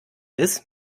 ist